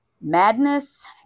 Madness